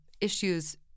issues